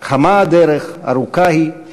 "חמה הדרך, ארוכה היא/